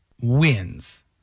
wins